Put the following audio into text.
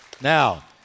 Now